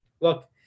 look